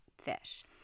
fish